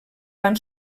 van